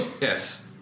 Yes